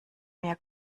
mehr